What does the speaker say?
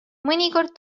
mõnikord